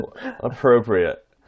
Appropriate